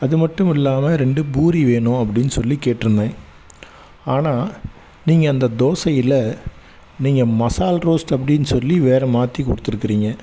அதுமட்டுமில்லாம ரெண்டு பூரி வேணும் அப்படின்னு சொல்லி கேட்டிருந்தேன் ஆனால் நீங்கள் அந்த தோசையில் நீங்கள் மசால் ரோஸ்ட் அப்படின்னு சொல்லி வேறு மாற்றி கொடுத்துருக்கிறீங்க